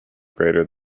greater